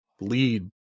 lead